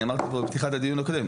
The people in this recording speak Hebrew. אני אמרתי בפתיחת הדיון הקודם.